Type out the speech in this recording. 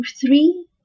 three